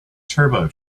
turbo